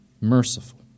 merciful